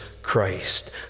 Christ